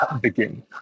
begin